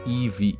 EV